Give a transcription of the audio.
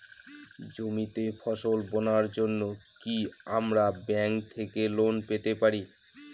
জমিতে ফসল বোনার জন্য কি আমরা ব্যঙ্ক থেকে লোন পেতে পারি?